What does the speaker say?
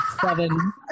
seven